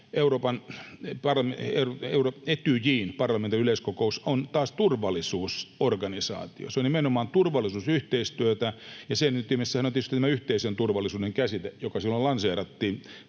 sinne. Etyjin parlamentaarinen yleiskokous on taas turvallisuusorganisaatio. Se on nimenomaan turvallisuusyhteistyötä, ja sen ytimessähän on tietysti tämä yhteisen turvallisuuden käsite, joka lanseerattiin